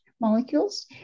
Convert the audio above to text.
molecules